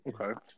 okay